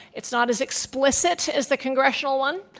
it's not as explicit as the congressional one,